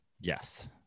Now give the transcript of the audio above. Yes